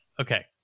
okay